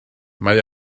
mae